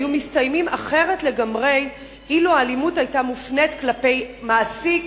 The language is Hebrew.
היו מסתיימים אחרת לגמרי אילו האלימות היתה מופנית כלפי מעסיק,